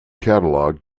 catalogue